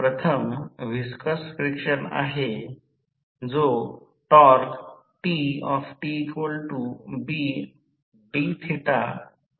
प्रथम viscous friction आहे जो टॉर्क TtBdθdt आहे